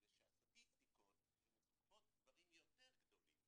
יש לה נכד בן 4 והנכד בן 4 לא רוצה לחיות,